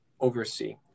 oversee